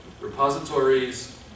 repositories